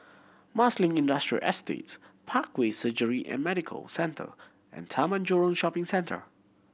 Marsiling Industrial Estate Parkway Surgery and Medical Centre and Taman Jurong Shopping Centre